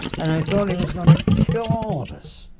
and i thought he was going to kill all of us.